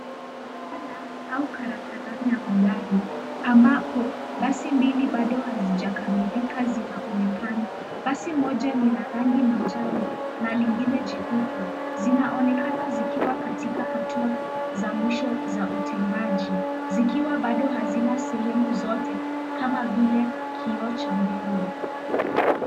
Kanda au karakana ya magari ambapo basi mbili bado hazijakamilika zinaonekana. Basi moja ni la rangi ya manjano, na lingine jeupe. Zinaonekana zikiwa katika hatua za mwisho za utengaji. Zikiwa bado hazina sehemu zote, kama vile kioo cha mbele.